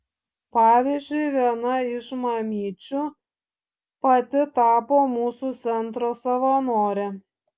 pavyzdžiui viena iš mamyčių pati tapo mūsų centro savanore